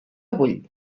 vull